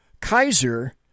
Kaiser